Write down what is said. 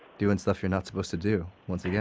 doing stuff you're not supposed to do once yeah